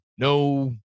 No